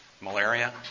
malaria